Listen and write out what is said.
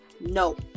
No